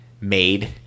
made